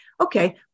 Okay